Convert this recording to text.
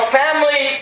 family